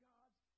God's